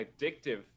addictive